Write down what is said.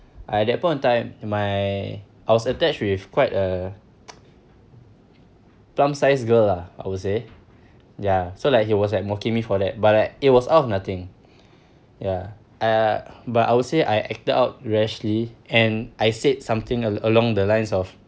at that point of time my I was attached with quite a plump size girl lah I would say ya so like he was like mocking me for that but like it was out of nothing ya uh but I would say I acted out rashly and I said something along the lines of